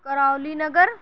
Karauli Nagar